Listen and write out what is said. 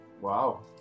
Wow